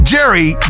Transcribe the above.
Jerry